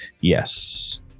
yes